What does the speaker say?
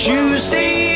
Tuesday